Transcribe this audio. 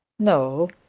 no,